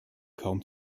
kaum